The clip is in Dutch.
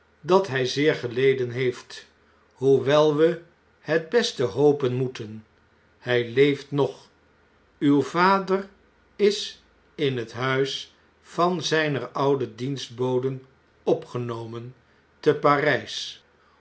dat hg zeer geleden heeft hoewel we het beste hopen moeten hfl leeft nog uw vader is in het huis van een zjjner oude dienstboden opgenomen te